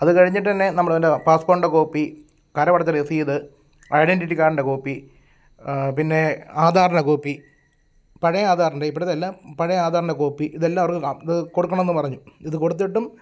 അത് കഴിഞ്ഞട്ടുതന്നെ നമ്മുടെ പിന്നെ പാസ്പ്പോർട്ടിന്റെ കോപ്പി കരമടച്ച രസീത് ഐഡെൻ്റിറ്റി കാഡിന്റെ കോപ്പി പിന്നെ ആധാറിന്റെ കോപ്പി പഴയ ആധാറിന്റെ ഇപ്പോഴത്തെയല്ല പഴയ ആധാറിന്റെ കോപ്പി ഇതെല്ലാം അവർക്ക് ഇത് കൊടുക്കണമെന്ന് പറഞ്ഞു ഇത് കൊടുത്തിട്ടും